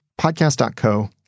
Podcast.co